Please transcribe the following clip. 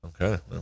Okay